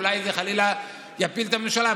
כי אולי זה חלילה יפיל את הממשלה,